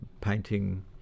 painting